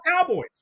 cowboys